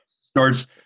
starts